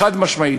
חד-משמעית.